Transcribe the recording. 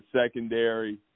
secondary